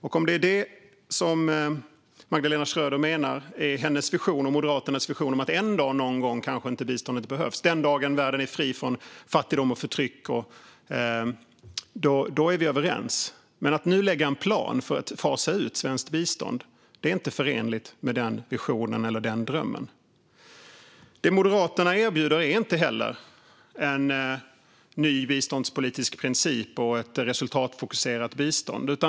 Om det är det som Magdalena Schröder menar är hennes och Moderaternas vision om att en dag någon gång, den dag världen är fri från fattigdom och förtryck, kanske inte biståndet behövs - då är vi överens. Men att nu lägga en plan för att fasa ut svenskt bistånd är inte förenligt med den visionen eller den drömmen. Det Moderaterna erbjuder är inte heller en ny biståndspolitisk princip och ett resultatfokuserat bistånd.